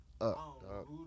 up